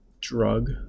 drug